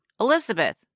Elizabeth